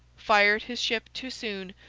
fired his ship too soon,